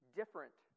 different